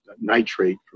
nitrate